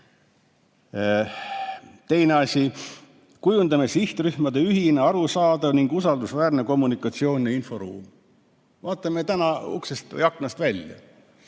Teine asi, kujundame sihtrühmadele ühise, arusaadava ning usaldusväärse kommunikatsiooni‑ ja inforuumi. Vaatame täna uksest või aknast välja.